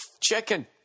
chicken